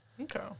Okay